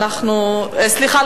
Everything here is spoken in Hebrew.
סליחה,